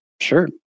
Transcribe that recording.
Sure